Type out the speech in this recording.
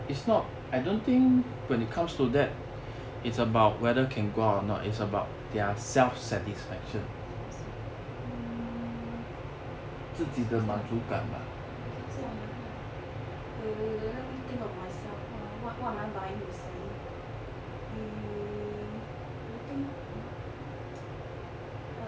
self satis~ err 如果是这样如果是这样的话 err let me think of myself ah what what am I buying recently hmm I think